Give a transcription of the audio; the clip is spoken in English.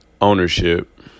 ownership